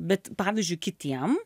bet pavyzdžiui kitiem